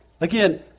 Again